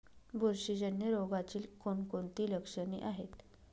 बुरशीजन्य रोगाची कोणकोणती लक्षणे आहेत?